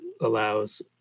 allows